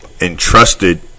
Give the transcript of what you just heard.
entrusted